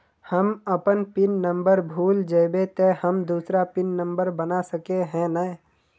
हम अपन pin number भूल जयबे ते हम दूसरा पिन नंबर बना सके है नय?